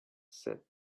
said